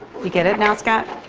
you get it now, stuart?